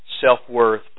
self-worth